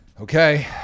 Okay